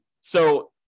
so-